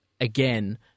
again